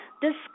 discuss